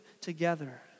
together